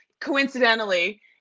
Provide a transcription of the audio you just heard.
coincidentally